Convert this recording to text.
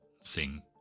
sing